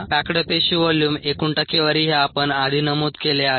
packed पेशी volume एकूण टक्केवारी हे आपण आधी नमूद केले आहे